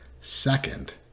Second